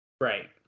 Right